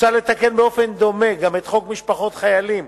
מוצע לתקן באופן דומה גם את חוק משפחות חיילים